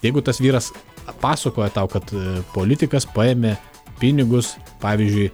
jeigu tas vyras pasakojo tau kad politikas paėmė pinigus pavyzdžiui